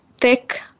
thick